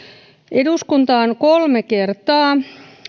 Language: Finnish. eduskunta on kolme kertaa